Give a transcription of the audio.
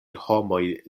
homoj